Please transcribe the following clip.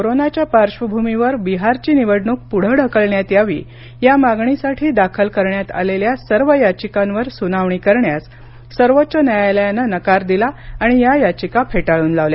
कोरोनाच्या पार्श्वभूमीवर बिहारची निवडणूक पुढे ढकलण्यात यावी या मागणीसाठी दाखल करण्यातआलेल्या सर्व याचिकांवर सुनावणी करण्यास सर्वोच्च न्यायालायान नकार दिला आणि या याचिका फेटाळून लावल्या